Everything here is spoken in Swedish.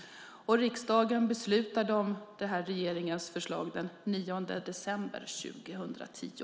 Riksdagen beslutade om regeringens förslag den 9 december 2010.